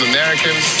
Americans